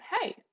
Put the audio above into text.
hey